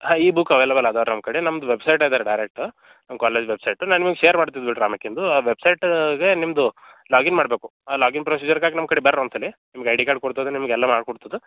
ಹಾಂ ಈ book available ಅದಾವೆ ರೀ ನಮ್ಮ ಕಡೆ ನಮ್ದು ವೆಬ್ಸೈಟ್ ಅದೆ ರೀ ಡೈರೆಕ್ಟ್ ನಮ್ಮ ಕಾಲೇಜ್ ವೆಬ್ಸೈಟ್ ನಾನು ನಿಮಿಗೆ ಶೇರ್ ಮಾಡ್ತೀನಿ ಬಿಡ್ರಿ ಅಮೇಕಿಂದು ವೆಬ್ಸೈಟಿಗೆ ನಿಮ್ಮದು ಲಾಗಿನ್ ಮಾಡಬೇಕು ಆ ಲಾಗಿನ್ ಪ್ರೊಸೀಜರ್ಕಾಗಿ ನಮ್ಮ ಕಡೆ ಬರ್ರಿ ಒಂದು ಸಲ ನಿಮ್ಗೆ ಐ ಡಿ ಕಾರ್ಡ್ ಕೊಡ್ತದು ನಿಮ್ಗೆ ಎಲ್ಲ ಮಾಡಿಕೊಡ್ತದು